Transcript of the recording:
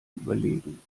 überlegen